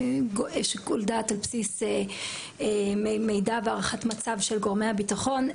שיקול דעת על בסיס מידע והערכת מצב של גורמי הביטחון.